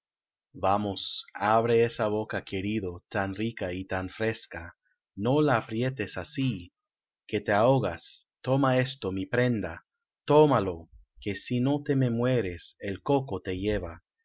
vamos abre esa boca querido tan rica y tan fresca no la aprietes así que te ahogas toma esto mi prenda tómalo que sino te me mueres el coco te lleva